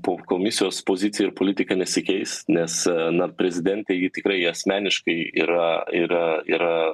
po komisijos pozicija ir politika nesikeis nes na prezidentei tikrai asmeniškai yra yra yra